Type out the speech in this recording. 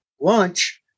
lunch